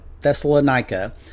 Thessalonica